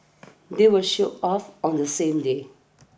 they were shipped off on the same day